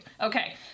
Okay